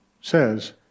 says